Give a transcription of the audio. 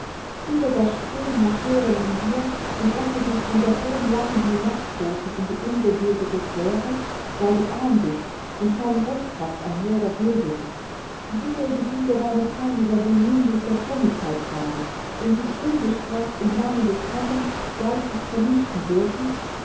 fühle das streben nach höherem in dir und lasse dich unter hohnlachen hinabstoßen in die ungebildete sphäre weil du arm bist und kein recht hast an höherer bildung siehe wie diese deine peiniger den nimbus der frömmigkeit tragen und dich ungestraft im namen des herrn geistig vernichten dürfen